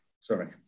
sorry